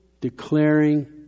declaring